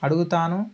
అడుగుతాను